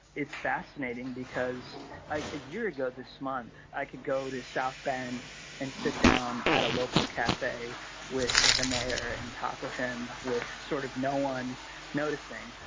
it's fascinating because a year ago this month i could go to south bend and sit down at a local cafe with them there and talk with him with sort of no one noticing.